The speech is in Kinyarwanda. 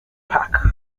park